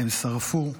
הם שרפו,